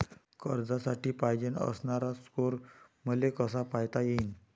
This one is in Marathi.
कर्जासाठी पायजेन असणारा स्कोर मले कसा पायता येईन?